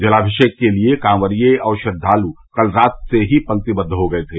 जलामिषेक के लिये कांवरिये और श्रद्वालु कल रात से ही पंक्तिबद्द हो गये थे